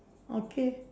okay